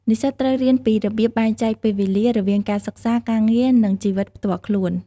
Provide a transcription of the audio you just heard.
និស្សិតត្រូវរៀនពីរបៀបបែងចែកពេលវេលារវាងការសិក្សា ការងារ និងជីវិតផ្ទាល់ខ្លួន។